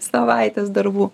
savaitės darbų